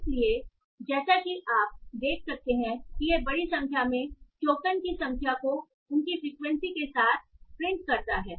इसलिए जैसा कि आप देख सकते हैं कि यह बड़ी संख्या में टोकन की संख्या को उनकी फ्रीक्वेंसी के साथ प्रिंट करता है